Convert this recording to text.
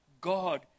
God